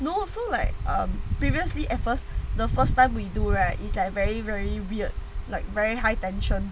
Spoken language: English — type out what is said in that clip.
no so like previously at first the first time we do right is like very very weird like very high tension